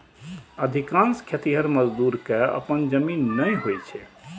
अधिकांश खेतिहर मजदूर कें अपन जमीन नै होइ छै